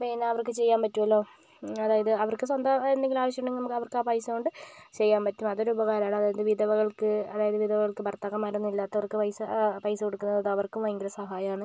പിന്നെ അവർക്ക് ചെയ്യാൻ പറ്റുവല്ലോ അതായത് അവർക്ക് സ്വന്തം എന്തെങ്കിലും ആവശ്യം ഉണ്ടെങ്കിൽ നമുക്ക് അവർക്ക് ആ പൈസ കൊണ്ട് ചെയ്യാൻ പറ്റും അതൊരു ഉപകാരമാണ് അതായത് വിധവകൾക്ക് അതായത് വിധവകൾക്ക് ഭർത്താക്കന്മാരൊന്നും ഇല്ലാത്തവർക്ക് പൈസ പൈസ കൊടുക്കുന്നത് അവർക്കും ഭയങ്കര സഹായമാണ്